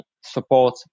support